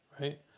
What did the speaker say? right